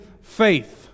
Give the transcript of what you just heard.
faith